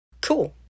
Cool